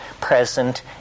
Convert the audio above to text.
present